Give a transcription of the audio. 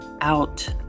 out